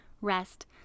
rest